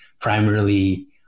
primarily